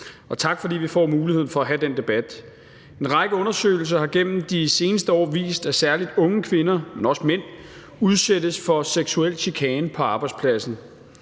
Og tak, fordi vi får muligheden for at have den debat. En række undersøgelser har gennem de seneste år vist, at særlig unge kvinder, men også mænd, udsættes for seksuel chikane på arbejdspladsen.